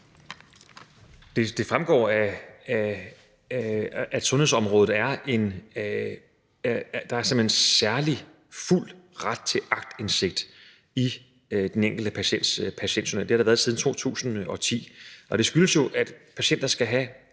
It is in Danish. Det fremgår, at der på sundhedsområdet simpelt hen er en særlig fuld ret til aktindsigt i den enkelte patients patientjournal. Det har der været siden 2010. Og det skyldes jo, at patienter skal have